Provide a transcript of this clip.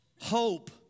Hope